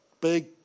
big